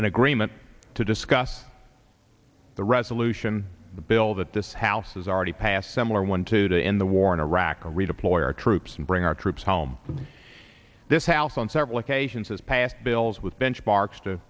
an agreement to discuss the resolution the bill that this house has already passed similar one today in the war in iraq to redeploy our troops and bring our troops home this house on several occasions has passed bills with benchmarks to